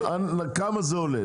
כמה זה עולה?